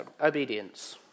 obedience